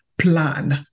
Plan